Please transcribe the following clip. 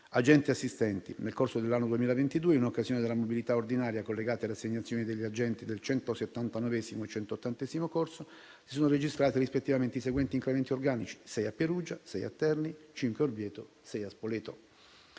agenti-assistenti, nel corso dell'anno 2022, in occasione della mobilità ordinaria collegata alle assegnazioni degli agenti del 179° e 180° corso, si sono registrati, rispettivamente, i seguenti incrementi organici: 6 a Perugia, 6 a Terni, 5 a Orvieto e 6 a Spoleto.